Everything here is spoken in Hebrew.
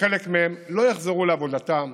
שחלק מהם לא יחזרו לעבודתם,